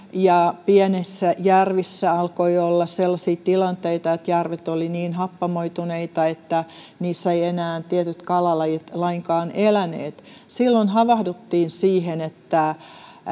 ja pienissä järvissä alkoi olla sellaisia tilanteita että järvet olivat niin happamoituneita että niissä eivät enää tietyt kalalajit lainkaan eläneet silloin havahduttiin siihen että